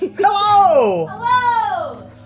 Hello